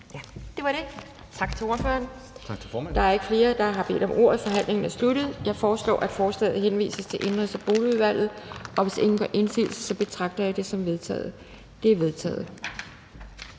Det var det. Tak til ordføreren. Der er ikke flere, der har bedt om ordet, så forhandlingen er sluttet. Jeg foreslår, at forslaget henvises til Indenrigs- og Boligudvalget. Hvis ingen gør indsigelse, betragter jeg det som vedtaget. Det er vedtaget.